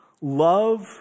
love